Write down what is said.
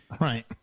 Right